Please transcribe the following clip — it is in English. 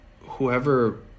whoever